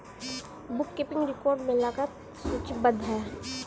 book keeping record में लागत सूचीबद्ध है